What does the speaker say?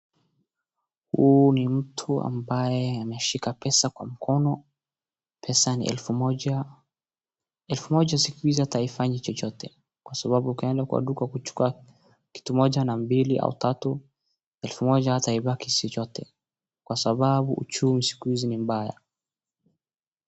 Huu ni mtu ambaye ameshika pesa kwa mkono, pesa ni elfu moja. Elfu moja siku hizi hata haifanyi chochote. Kwa sababu ukienda kwa duka kuchukua kitu moja na mbili au tatu, elfu moja hata haibaki chochote. Kwa sababu uchumi siku hizi ni mbaya.